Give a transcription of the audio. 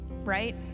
right